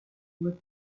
with